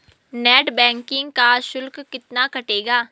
Net banking का शुल्क कितना कटेगा?